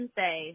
say